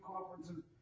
conferences